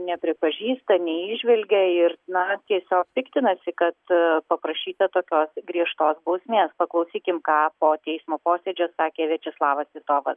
nepripažįsta neįžvelgia ir na tiesiog piktinasi kad paprašyta tokios griežtos bausmės paklausykim ką po teismo posėdžio sakė viačeslavas titovas